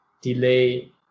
delay